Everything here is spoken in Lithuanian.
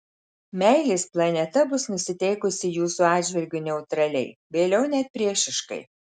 meilės planeta bus nusiteikusi jūsų atžvilgiu neutraliai vėliau net priešiškai